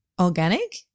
Organic